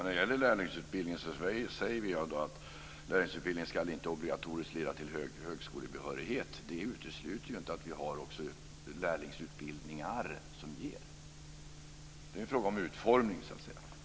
Fru talman! Vi säger att lärlingsutbildning inte obligatoriskt ska leda till högskolebehörighet. Det utesluter ju inte att vi också har lärlingsutbildningar som ger det. Det är en fråga om utformning.